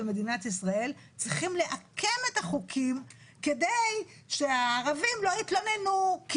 מדינת ישראל צריכים לעקם את החוקים כדי שהערבים לא יתלוננו כי